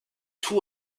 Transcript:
two